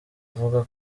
avuga